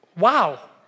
Wow